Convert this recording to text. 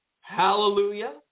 hallelujah